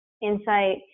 insight